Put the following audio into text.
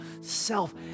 self